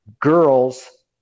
girls